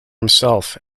himself